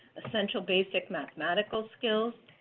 essential basic mathematical skills,